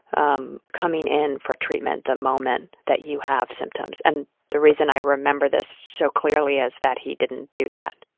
um coming in for treatment the moment that you have symptoms. and the reason i remember this so clearly is that he didn't do that.